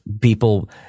people